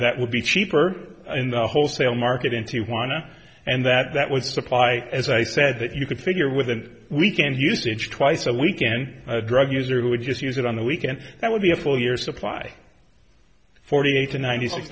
that would be cheaper in the wholesale market into juana and that that would supply as i said that you could figure with a weekend usage twice a week in drug use or who would just use it on the weekend that would be a full year's supply forty eight to ninety six